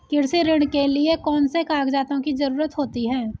कृषि ऋण के लिऐ कौन से कागजातों की जरूरत होती है?